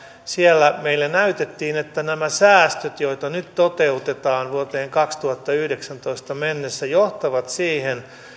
siellä meille näytettiin että nämä säästöt joita nyt toteutetaan vuoteen kaksituhattayhdeksäntoista mennessä johtavat siihen